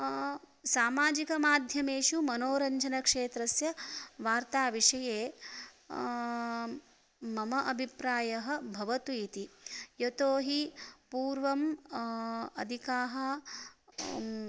सामाजिकमाध्यमेषु मनोरञ्जन क्षेत्रस्य वार्ताविषये मम अभिप्रायः भवतु इति यतोहि पूर्वं अधिकाः